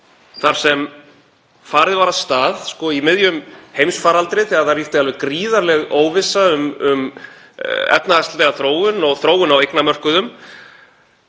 þar sem farið var af stað í miðjum heimsfaraldri þegar það ríkti alveg gríðarleg óvissa um efnahagslega þróun og þróun á eignamörkuðum.